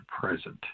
present